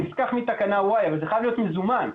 קח מתקנה Y. אבל זה חייב להיות מזומן.